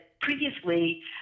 previously